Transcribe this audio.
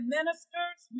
Ministers